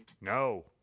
No